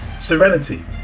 serenity